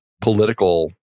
political